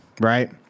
right